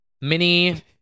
Mini